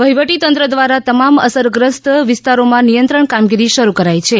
વહીવટી તંત્ર દ્વારા તમામ અસરગ્રસ્ત વિસ્તારોમાં નિયંત્રણ કામગીરી શરૂ કરાઇ છે